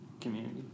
Community